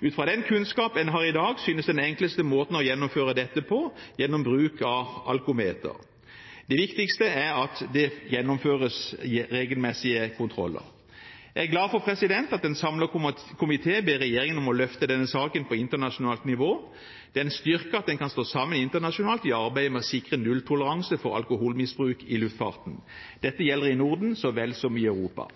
Ut fra den kunnskap en har i dag, synes den enkleste måten å gjennomføre dette på å være gjennom bruk av alkometer. Det viktigste er at det gjennomføres regelmessige kontroller. Jeg er glad for at en samlet komité ber regjeringen om å løfte denne saken på internasjonalt nivå. Det er en styrke at en kan stå sammen internasjonalt i arbeidet med å sikre nulltoleranse for alkoholmisbruk i luftfarten. Dette gjelder i Norden så vel som i Europa.